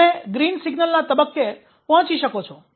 તમે ગ્રીન સિગ્નલના તબક્કે પહોંચી શકો છો